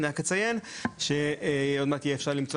אני רק אציין שעוד מעט יהיה אפשר למצוא